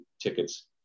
tickets